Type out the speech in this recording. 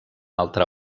altra